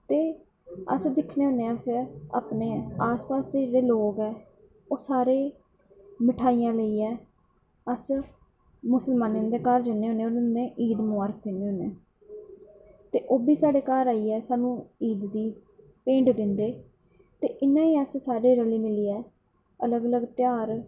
ते अस दिक्खनें होने अस अपने आस पास दे जेह्ड़े लोग ऐ ओह् सारे मठेआइयां लेईयै अस मुस्लमाने हुंदे घर जन्ने होने ईद मुबारख दिन्ने होने ते ओह् बी साढ़े घर आईयै साह्नू ईद दी भेंट दिंदे ते इयां गै अस सारे रली मिलियै अलग अलग ध्याह्र